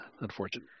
Unfortunate